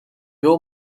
wil